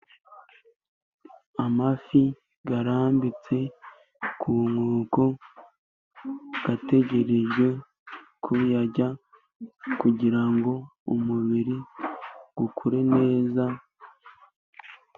Amafi arambitse ku nkoko, ategerejwe kuyarya kugira ngo umubiri ukure neza.